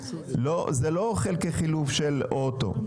זה לא חלקי חילוף של אוטו.